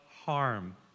harm